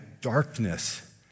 darkness